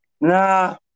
Nah